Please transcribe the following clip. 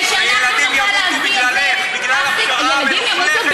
זה שאנשים שגם מבקשים מהם להזדהות בגלל שהם ערבים,